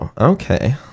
okay